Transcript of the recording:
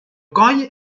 coll